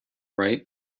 right